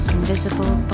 Invisible